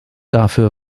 dafür